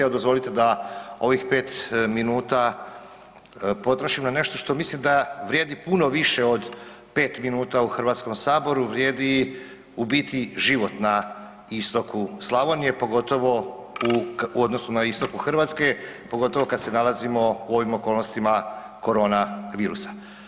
Evo dozvolite da ovih 5 minuta potrošim na nešto što mislim da vrijedi puno više od 5 minuta u HS, vrijedi u biti život na istoku Slavonije, pogotovo u odnosu na istoku Hrvatske, pogotovo kad se nalazimo u ovim okolnostima korona virusa.